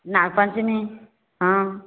नागपञ्चमी हँ